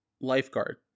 lifeguard